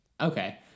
Okay